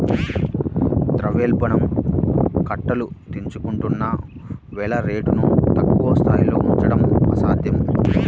ద్రవ్యోల్బణం కట్టలు తెంచుకుంటున్న వేళ రేట్లను తక్కువ స్థాయిలో ఉంచడం అసాధ్యం